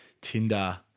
Tinder